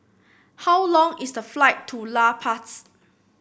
how long is the flight to La Paz